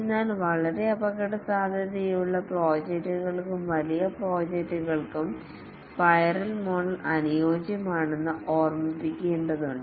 എന്നാൽ വളരെ അപകടസാധ്യതയുള്ള പ്രോജക്റ്റുകൾക്കും വലിയ പ്രോജക്റ്റുകൾക്കും സ്പൈറൽ മോഡൽ അനുയോജ്യമാണെന്ന് ഓർമ്മിക്കേണ്ടതുണ്ട്